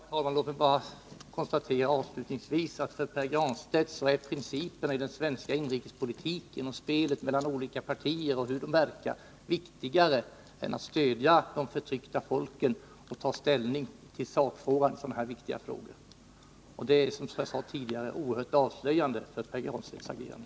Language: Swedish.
Herr talman! Låt mig bara avslutningsvis konstatera att för Pär Granstedt är principerna i den svenska inrikespolitiken, spelet mellan olika partier och deras agerande viktigare än att stödja de förtryckta folken och att ta ställning i sakfrågan i detta viktiga sammanhang. Det är, som jag sade tidigare, oerhört avslöjande för Pär Granstedts agerande.